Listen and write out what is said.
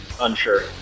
unsure